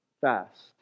fast